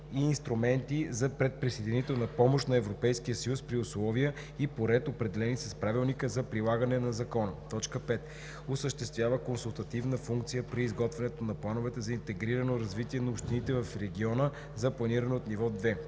и инструменти за предприсъединителна помощ на Европейския съюз при условия и по ред, определени с правилника за прилагане на закона. 5. осъществява консултативна функция при изготвянето на плановете за интегрирано развитие на общините в региона за планиране от ниво 2;